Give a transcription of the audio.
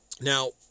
Now